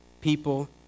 people